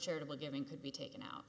charitable giving could be taken out